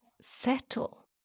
Settle